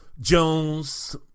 Jones